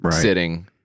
sitting